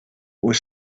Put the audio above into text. was